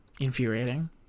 infuriating